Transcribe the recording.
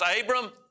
Abram